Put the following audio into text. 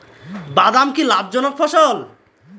বাদাম কি লাভ জনক ফসল?